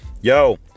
Yo